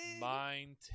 Mind